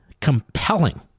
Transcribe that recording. compelling